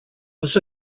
was